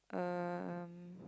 um